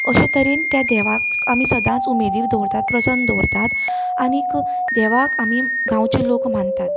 अशे तरेन त्या देवाक आमी सदांच उमेदीन दवरतात प्रसन्न दवरतात आनीक देवाक आमी गांवचे लोक मानतात